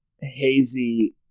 hazy